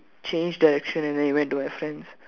change direction and then it went to my friends